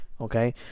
okay